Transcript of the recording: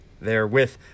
Therewith